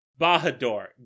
Bahador